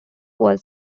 was